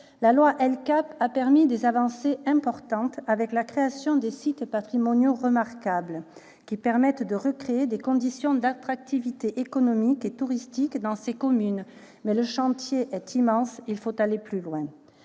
La loi LCAP a permis des avancées importantes avec la création des sites patrimoniaux remarquables, qui permettent de recréer des conditions d'attractivité économique et touristique, dans ces communes. Le chantier est immense, et il faut aller plus loin.